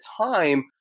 time